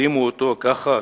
הרימו אותו ככה,